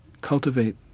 cultivate